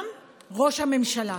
גם ראש הממשלה.